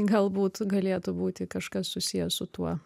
galbūt galėtų būti kažkas susiję su tuo